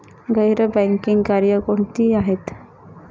गैर बँकिंग कार्य कोणती आहेत?